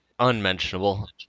unmentionable